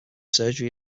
surgery